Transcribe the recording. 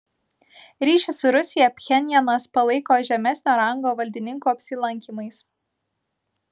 ryšį su rusija pchenjanas palaiko žemesnio rango valdininkų apsilankymais